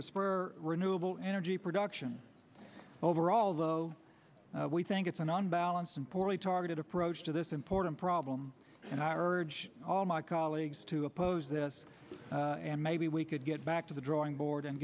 spur renewable energy production overall though we think it's an unbalanced and poorly targeted approach to this important problem and i urge all my colleagues to oppose this and maybe we could get back to the drawing board and